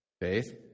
Faith